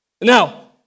Now